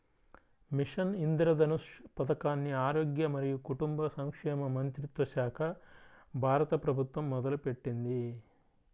machine Indradhanush పథకాన్ని ఆరోగ్య మరియు కుటుంబ సంక్షేమ మంత్రిత్వశాఖ, భారత ప్రభుత్వం మొదలుపెట్టింది